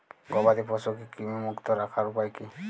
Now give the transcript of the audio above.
গবাদি পশুকে কৃমিমুক্ত রাখার উপায় কী?